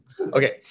Okay